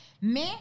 Mais